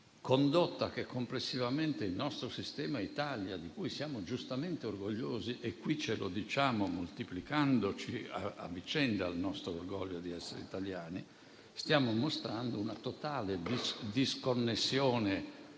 condotta complessiva del nostro sistema Italia, di cui siamo giustamente orgogliosi (e qui ce lo diciamo, moltiplicando a vicenda il nostro orgoglio di essere italiani): stiamo mostrando una disconnessione